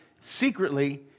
secretly